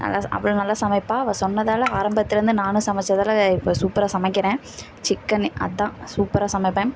நல்ல அவளும் நல்ல சமைப்பாள் அவள் சொன்னதால் ஆரம்பத்திலேருந்து நானும் சமைத்ததால இப்போ சூப்பராக சமைக்கிறேன் சிக்கனு அதுதான் சூப்பராக சமைப்பேன்